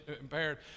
impaired